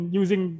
using